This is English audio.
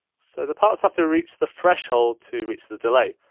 so the parts have to reach the threshold to reach the delay,